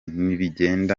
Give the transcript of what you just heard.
nibigenda